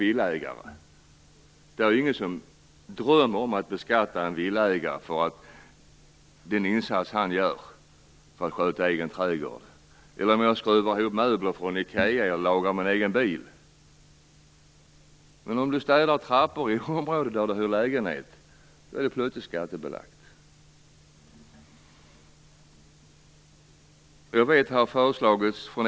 Ingen drömmer om att beskatta en villaägare för den insats han gör för att sköta sin egen trädgård. Inte heller beskattas jag om jag skruvar ihop möbler från IKEA eller lagar min egen bil. Men om jag städar trappor i ett område där jag hyr lägenhet är det plötsligt skattebelagt.